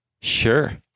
Sure